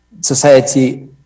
society